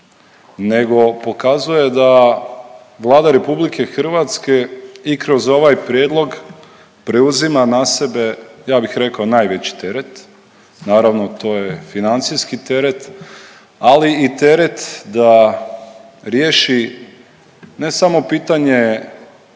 nego pokazuje da Vlada Republike Hrvatske i kroz ovaj prijedlog preuzima na sebe ja bih rekao najveći teret. Naravno to je financijski teret, ali i teret da riješi ne samo pitanje